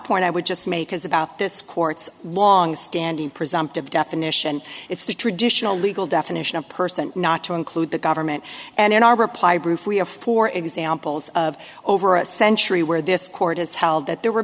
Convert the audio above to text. point i would just make is about this court's longstanding presumptive definition it's the traditional legal definition of person not to include the government and in our reply brief we have four examples of over a century where this court has held that there were